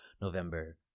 November